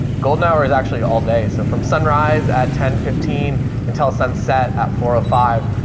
golden hour is actually all day. so from sunrise at ten fifteen until sunset at four oh five,